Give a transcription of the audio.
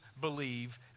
believe